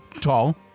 tall